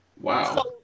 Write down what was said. Wow